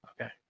Okay